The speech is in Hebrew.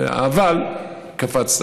וב"אבל" קפצת.